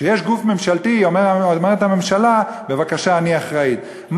כשיש גוף ממשלתי אומרת הממשלה: בבקשה, אני אחראית.